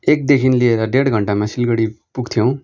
एकदेखि लिएर डेढ घन्टामा सिलगुढी पुग्थ्यौँ